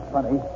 Funny